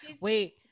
Wait